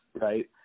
right